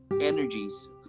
energies